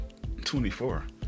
24